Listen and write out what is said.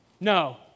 No